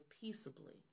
peaceably